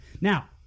now